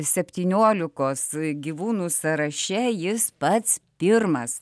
septyniolikos gyvūnų sąraše jis pats pirmas